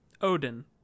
Odin